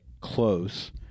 close